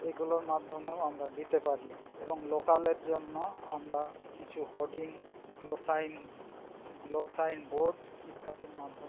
এইগুলোর মাধ্যমেও আমরা দিতে পারি এবং লোকালের জন্য আমরা কিছু হোর্ডিং গ্লোসাইন গ্লোসাইন বোর্ড ইত্যাদির মাধ্যমে